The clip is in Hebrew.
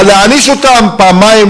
אבל להעניש אותם פעמיים,